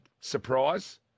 surprise